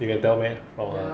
you can tell meh or what